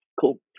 Cool